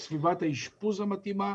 את סביבת האשפוז המתאימה,